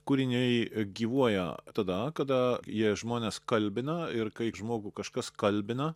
kūriniai gyvuoja tada kada jie žmones kalbina ir kaip žmogų kažkas kalbina